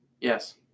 Yes